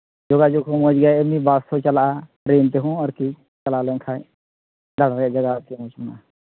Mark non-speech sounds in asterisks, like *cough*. ᱡᱳᱜᱟᱡᱳᱜᱽ ᱦᱚᱸ ᱢᱚᱡᱽ ᱜᱮᱭᱟ ᱮᱢᱱᱤ ᱵᱟᱥ ᱠᱚ ᱪᱟᱞᱟᱜᱼᱟ ᱴᱨᱮᱱ ᱛᱮᱦᱚᱸ ᱟᱨᱠᱤ ᱪᱟᱞᱟᱣ ᱞᱮᱱᱠᱷᱟᱱ *unintelligible*